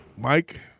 Mike